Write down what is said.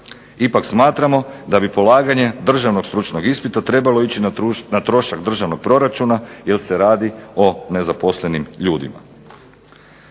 Ipak smatramo da bi polaganje državnog stručnog ispita trebalo ići na trošak državnog proračuna jer se radi o nezaposlenim ljudima.